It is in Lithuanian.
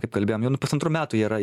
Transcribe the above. kaip kalbėjom pusantrų metų jie yra